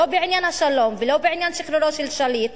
לא בעניין השלום ולא בעניין שחרורו של שליט,